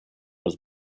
was